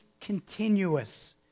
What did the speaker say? continuous